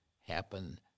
happen